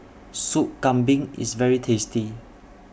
Sup Kambing IS very tasty